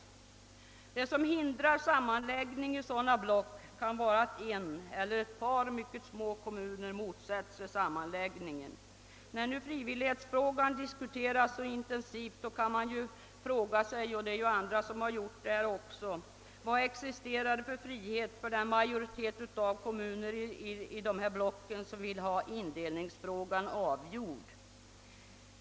Det som hindrar sammanläggning i sådana block kan vara att en eller ett par mycket små kommuner motsätter sig sammanläggningen. När nu frivilligheten diskuteras så intensivt kan man fråga sig — och det har ju även andra gjort här i dag — vilken frihet som existerar för den majoritet av kommuner i dessa block som vill ha indelningsfrågan avgjord.